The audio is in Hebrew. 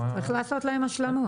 צריך לעשות להם השלמות.